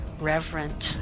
reverent